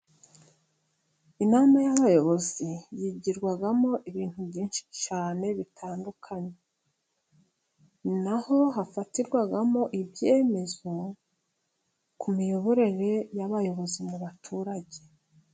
Inama y'abayobozi yigirwamo ibintu byinshi cyane bitandukanye, ninaho hafatirwamo ibyemezo ku miyoborere y'abayobozi mu baturage.